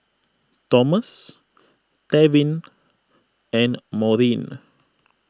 Tomas Tevin and Maurine